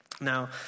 Now